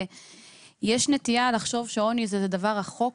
יש נטייה לחשוב שעוני זה דבר רחוק,